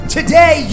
Today